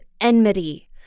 enmity